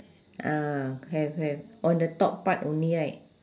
ah have have on the top part only right